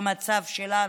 במצב שלנו,